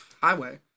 Highway